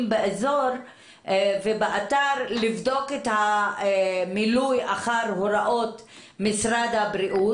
באזור ובאתר לבדוק את המילוי אחר הוראות משרד הבריאות.